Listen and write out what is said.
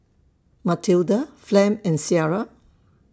Mathilda Flem and Cierra